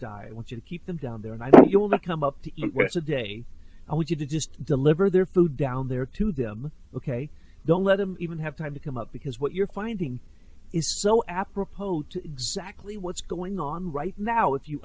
i want you to keep them down there and i think you will come up to the day i want you to just deliver their food down there to them ok don't let them even have time to come up because what you're finding is so apropos to exactly what's going on right now if you